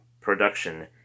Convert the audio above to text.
Production